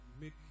make